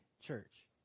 church